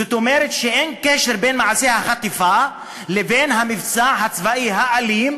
זאת אומרת שאין קשר בין מעשה החטיפה לבין המבצע הצבאי האלים